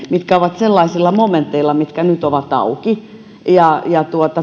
mitkä ovat sellaisilla momenteilla mitkä nyt ovat auki